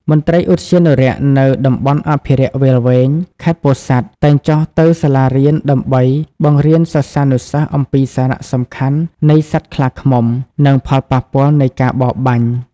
មន្ត្រីឧទ្យានុរក្សនៅ តំបន់អភិរក្សវាលវែង ខេត្តពោធិ៍សាត់ តែងចុះទៅសាលារៀនដើម្បីបង្រៀនសិស្សានុសិស្សអំពីសារៈសំខាន់នៃសត្វខ្លាឃ្មុំ និងផលប៉ះពាល់នៃការបរបាញ់។